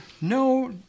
No